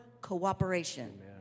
cooperation